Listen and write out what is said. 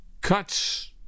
cuts